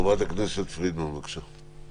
חברת הכנסת פרידמן, בבקשה.